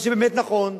את מה שבאמת נכון.